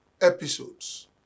episodes